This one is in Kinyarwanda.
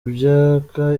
myaka